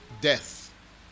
death